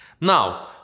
Now